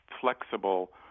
flexible